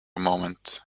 moment